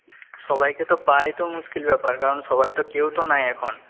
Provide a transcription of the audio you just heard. সবাইকে তো পাওয়াই তো মুশকিল ব্যাপার কারণ সবাই তো কেউ তো নেই এখন